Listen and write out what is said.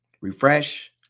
Refresh